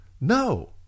No